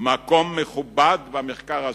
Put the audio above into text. מקום מכובד במחקר הזה.